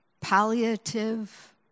Palliative